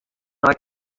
nei